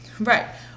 Right